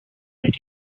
ideas